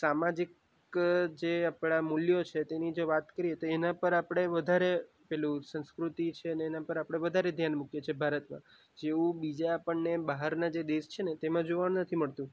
સામાજિક જે આપણા મૂલ્યો છે તેની જો વાત કરીએ તો એના પર આપણે વધારે પેલું સંસ્કૃતિ છે ને એના પર આપણે વધારે ધ્યાન મૂકીએ છીએ ભારતમાં જેવું બીજા આપણને બહારના જે દેશ છે ને તેમાં જોવા નથી મળતું